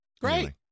great